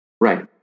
Right